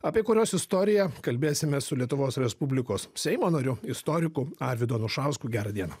apie kurios istoriją kalbėsime su lietuvos respublikos seimo nariu istoriku arvydu anušausku gerą dieną